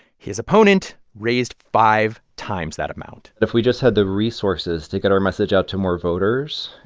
his opponent raised five times that amount but if we just had the resources to get our message out to more voters,